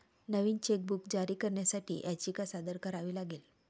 नवीन chequebook जारी करण्यासाठी याचिका सादर करावी लागेल